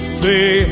say